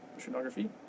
oceanography